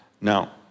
Now